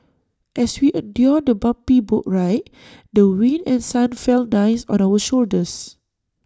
as we endured the bumpy boat ride the wind and sun felt nice on our shoulders